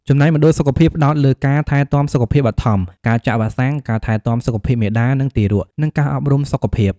ចំណែក មណ្ឌលសុខភាពផ្តោតលើការថែទាំសុខភាពបឋម ការចាក់វ៉ាក់សាំង ការថែទាំសុខភាពមាតា និងទារក និងការអប់រំសុខភាព។